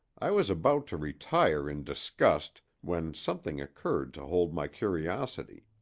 i was about to retire in disgust when something occurred to hold my curiosity.